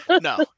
no